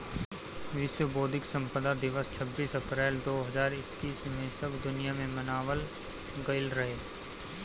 विश्व बौद्धिक संपदा दिवस छब्बीस अप्रैल दो हज़ार इक्कीस में सब दुनिया में मनावल गईल रहे